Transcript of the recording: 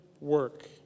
work